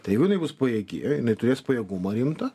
tai jeigu jinai bus pajėgi jinai turės pajėgumą rimtą